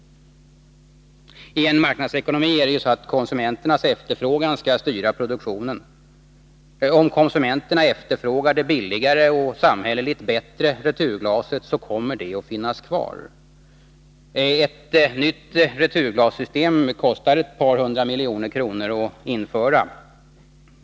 I en marknadsekonomi är det ju så, att konsumenternas efterfrågan skall styra produktionen. Om konsumenterna efterfrågar det billigare och samhälleligt bättre returglaset, kommer det att finnas kvar. Ett nytt returglassystem kostar ett par hundra miljoner att införa.